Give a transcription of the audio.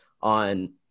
on